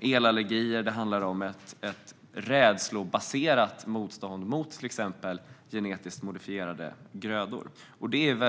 elallergier och ett rädslobaserat motstånd mot till exempel genetiskt modifierade grödor.